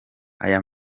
aya